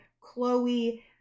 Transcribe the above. Chloe